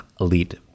elite